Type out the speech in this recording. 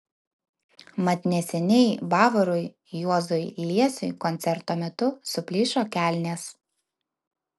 mat neseniai bavarui juozui liesiui koncerto metu suplyšo kelnės